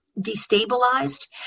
destabilized